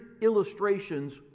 illustrations